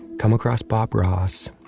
come across bob ross.